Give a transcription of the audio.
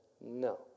no